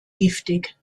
giftig